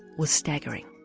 was. staggering.